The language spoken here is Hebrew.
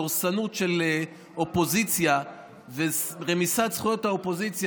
דורסנות של אופוזיציה ורמיסת זכויות האופוזיציה,